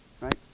Right